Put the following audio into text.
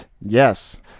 Yes